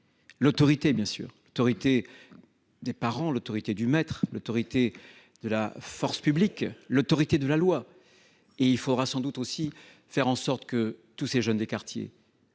l’autorité ! L’autorité des parents, l’autorité du maître, l’autorité de la force publique, l’autorité de la loi ! Il faudra aussi faire en sorte que ces jeunes des quartiers